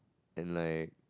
and like